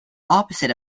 opposite